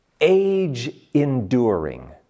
age-enduring